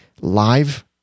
live